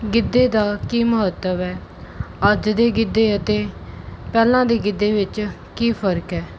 ਗਿੱਧੇ ਦਾ ਕੀ ਮਹੱਤਵ ਹੈ ਅੱਜ ਦੇ ਗਿੱਧੇ ਅਤੇ ਪਹਿਲਾਂ ਦੀ ਗਿੱਧੇ ਵਿੱਚ ਕੀ ਫਰਕ ਹੈ